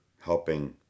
helping